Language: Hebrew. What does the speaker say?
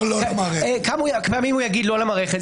כמה פעמים יגיד לא למערכת?